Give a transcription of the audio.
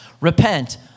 repent